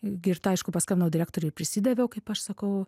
girta aišku paskambinau direktoriui prisidaviau kaip aš sakau